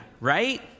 right